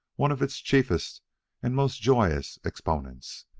one of its chiefest and most joyous exponents.